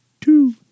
Two